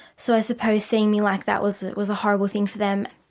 so i suppose seeing me like that was was a horrible thing for them.